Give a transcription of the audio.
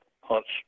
hunts